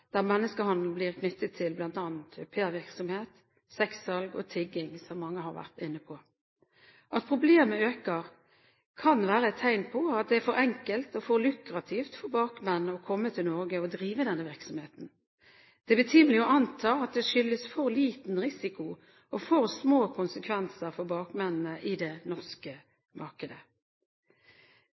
menneskehandel blir knyttet til bl.a. aupairvirksomhet, sexsalg og tigging, som mange har vært inne på. At problemet øker, kan være et tegn på at det er for enkelt og for lukrativt for bakmenn å komme til Norge og drive denne virksomheten. Det er betimelig å anta at det skyldes for liten risiko og for små konsekvenser for bakmennene i det norske markedet.